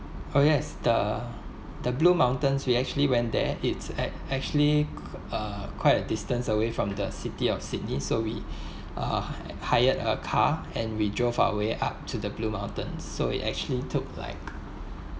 oh yes the the blue mountains we actually went there it's ac~ actually uh quite a distance away from the city of sydney so we(uh) I hired a car and we drove our way up to the blue mountain so it actually took like